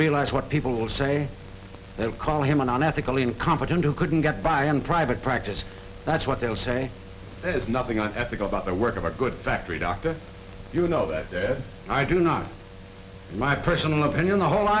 realize what people say they'll call him an unethical incompetent who couldn't get by on private practice that's what they'll say there's nothing on ethical about the work of a good factory doctor you know that that i do not my personal opinion the whole